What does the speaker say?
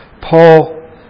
Paul